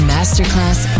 Masterclass